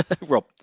Rob